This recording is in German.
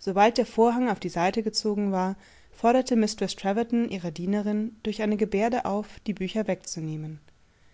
sobald der vorhang auf die seite gezogen war forderte mistreß treverton ihre dienerin durch eine gebärde auf die bücher wegzunehmen